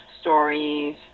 stories